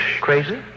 Crazy